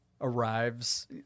arrives